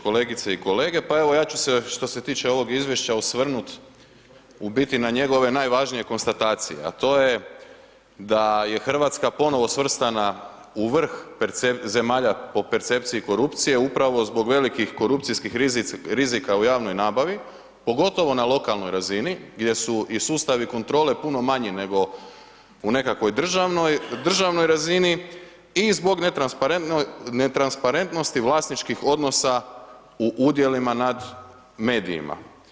Kolegice i kolege, pa evo ja ću se što se tiče ovog izvješća, osvrnut u biti na njegove najvažnije konstatacije a to je da je Hrvatska ponovno svrstana u vrh zemalja po percepciji korupcije upravo zbog velikih korupcijskih rizika u javnoj nabavi pogotovo na lokalnoj razini gdje su i sustavi kontrole puno manji nego u nekakvoj državnoj razini i zbog netransparentnosti vlasničkih odnosa u udjelima nad medijima.